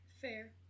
Fair